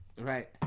Right